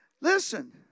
Listen